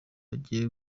agiye